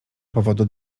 powodu